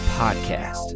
podcast